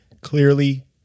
clearly